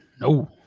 no